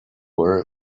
where